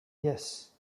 yes